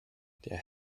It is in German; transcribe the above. der